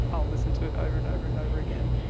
i'll listen to it over and over and over again,